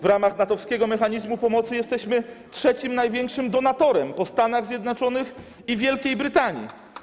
W ramach NATO-wskiego mechanizmu pomocy jesteśmy trzecim największym donatorem po Stanach Zjednoczonych i Wielkiej Brytanii.